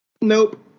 Nope